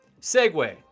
segue